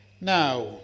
Now